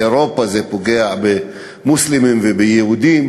ובאירופה זה פוגע במוסלמים וביהודים,